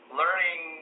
learning